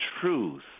truth